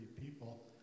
people